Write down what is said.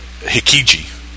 Hikiji